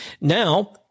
Now